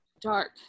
Dark